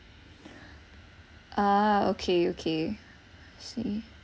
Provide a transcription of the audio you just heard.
ah okay okay see